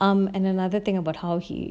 um and another thing about how he